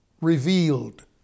revealed